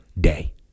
day